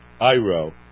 I-R-O